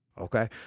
okay